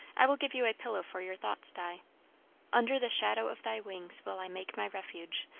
i will give you a pillow for your thoughts, di under the shadow of thy wings will i make my refuge,